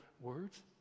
words